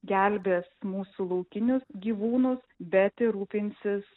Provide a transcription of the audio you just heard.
gelbės mūsų laukinius gyvūnus bet ir rūpinsis